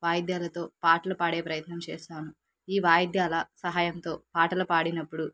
వాయిద్యాలతో పాటలు పాడే ప్రయత్నం చేస్తాను ఈ వాయిద్యాల సహాయంతో పాటలు పాడినప్పుడు